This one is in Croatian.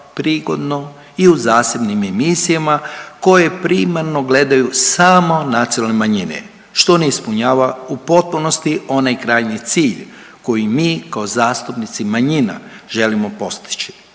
prigodno i u zasebnim emisijama koje primarno gledaju samo nacionalne manjine što ne ispunjava u potpunosti onaj krajnji cilj koji mi kao zastupnici manjina želimo postići,